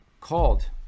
called